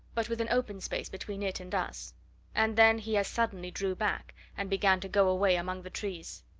but with an open space between it and us and then he as suddenly drew back, and began to go away among the trees.